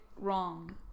wrong